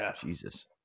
Jesus